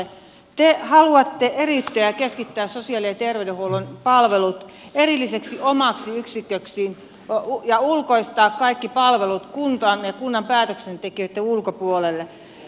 te haluatte eriyttää ja keskittää sosiaali ja terveydenhuollon palvelut erilliseksi omaksi yksiköksi ja ulkoistaa kaikki palvelut kunnan ja kunnan päätöksentekijöitten ulkopuolelle